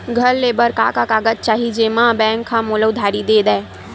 घर ले बर का का कागज चाही जेम मा बैंक हा मोला उधारी दे दय?